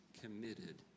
committed